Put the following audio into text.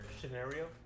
Scenario